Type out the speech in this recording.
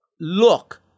Look